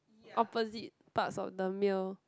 opposite parts of the meal